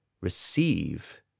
receive